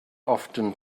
often